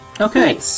Okay